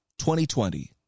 2020